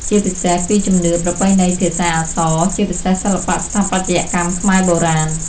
ជាពិសេសពីជំនឿ ប្រពៃណី ភាសា អក្សរ ជាពិសេសសិល្បៈស្ថាបត្យកម្មខ្មែរបុរាណ។